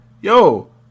yo